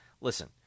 listen